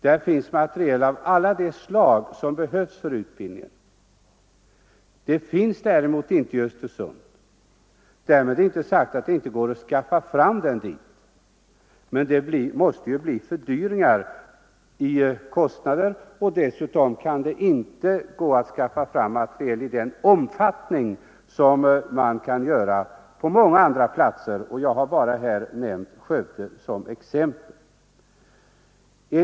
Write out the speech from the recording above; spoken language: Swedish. Där finns materiel av alla de slag som behövs för utbildningen. Det finns däremot inte i Östersund. Därmed inte sagt att det inte går att skaffa fram materielen dit, men det måste ju då bli fördyringar. Dessutom går det inte att skaffa fram materiel i den omfattning som man kan göra på många andra platser — jag har bara nämnt Skövde som ett exempel.